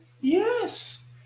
Yes